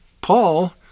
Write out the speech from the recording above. Paul